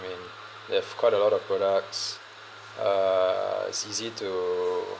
I mean they've quite a lot of products uh it's easy to